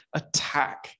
attack